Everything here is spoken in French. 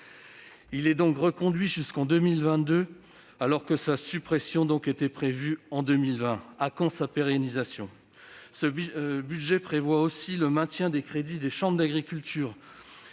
Il est reconduit jusqu'en 2022, alors que sa suppression était prévue fin 2020. À quand sa pérennisation ? Ce budget prévoit aussi le maintien des crédits des chambres d'agriculture